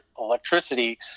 electricity